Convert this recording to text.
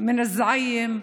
א-זעיים,